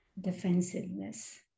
defensiveness